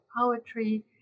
poetry